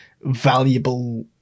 valuable